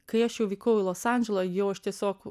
kai aš jau vykau į los andželą jau aš tiesiog